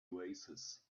oasis